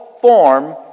form